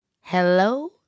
Hello